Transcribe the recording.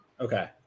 Okay